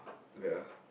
ya